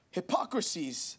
hypocrisies